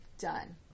done